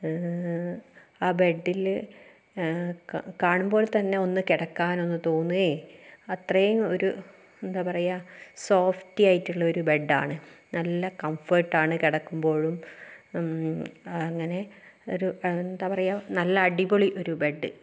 ആ ബെഡിൽ കാ കാണുമ്പോൾ തന്നെ ഒന്ന് കിടക്കാൻ തോന്നുകയും അത്രയും ഒരു എന്താ പറയുക ഒരു സോഫ്റ്റി ആയിട്ടുള്ള ഒരു ബെഡ്ഡാണ് നല്ല കംഫർട്ട് ആണ് കിടക്കുമ്പോഴും അങ്ങനെ ഒരു എന്താ പറയുക നല്ല അടിപൊളി ഒരു ബെഡ്